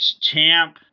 Champ